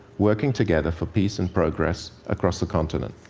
working together for peace and progress across the continent.